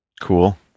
Cool